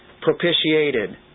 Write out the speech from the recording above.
propitiated